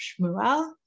Shmuel